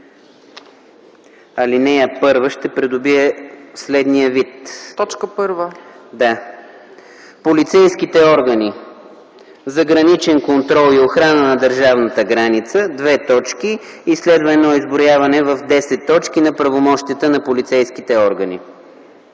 85, т. 1 ще придобие следния вид: „1. Полицейските органи за граничен контрол и охрана на държавната граница:” и следва едно изброяване в 10 точки на правомощията на полицейските органи.